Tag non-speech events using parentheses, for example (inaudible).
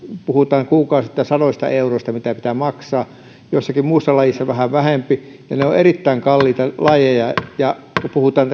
puhutaan kuukausittain sadoista euroista mitä pitää maksaa jossakin muussa lajissa vähän vähempi ne ovat erittäin kalliita lajeja ja kun puhutaan (unintelligible)